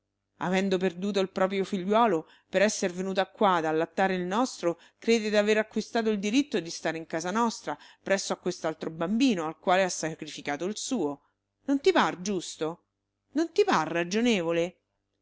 avendo perduto il proprio figliuolo per esser venuta qua ad allattare il nostro crede d'aver acquistato il diritto di stare in casa nostra presso a quest'altro bambino al quale ha sacrificato il suo non ti par giusto non ti par ragionevole